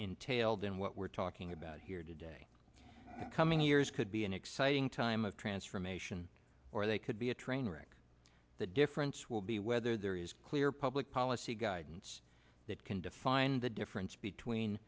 entailed in what we're talking about here today coming years could be an exciting time of transformation or they could be a train wreck the difference will be whether there is clear public policy guidance that can define the difference between